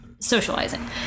socializing